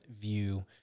view